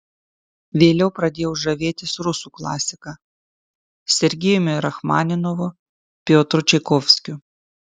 vėliau pradėjau žavėtis rusų klasika sergejumi rachmaninovu piotru čaikovskiu